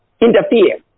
interfere